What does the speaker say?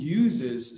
uses